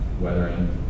weathering